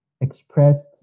expressed